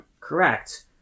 correct